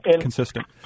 consistent